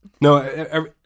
No